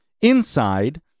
Inside